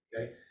okay